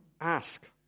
ask